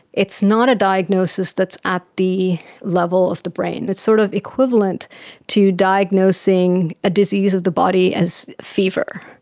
it's not a diagnosis that's at the level of the brain. it's sort of equivalent to diagnosing a disease of the body as fever.